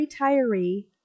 retiree